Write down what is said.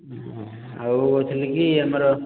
ଆଉ କହୁଥିଲିକି ଆମର